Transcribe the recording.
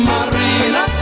Marina